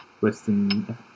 Western